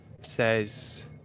says